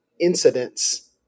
incidents